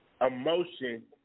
emotion